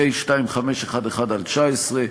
פ/2511/19,